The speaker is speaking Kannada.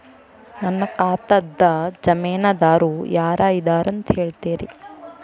ನನ್ನ ಖಾತಾದ್ದ ಜಾಮೇನದಾರು ಯಾರ ಇದಾರಂತ್ ಹೇಳ್ತೇರಿ?